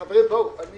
חברים, אני